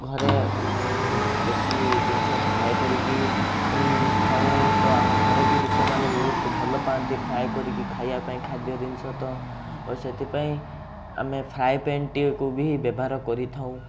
ଘରେ ମାନେ ବେଶୀ ଜିନିଷ ଫ୍ରାଏ କରିକି ଖାଉଁ ତ ଆମ ଘରେ ବି ଲୋକମାନେ ବହୁତ ଭଲପାଆନ୍ତି ଫ୍ରାଏ କରିକି ଖାଇବା ପାଇଁ ଖାଦ୍ୟ ଜିନିଷ ତ ସେଥିପାଇଁ ଆମେ ଫ୍ରାଏ ପ୍ୟାନଟିକୁ ବ୍ୟବହାର କରିଥାଉ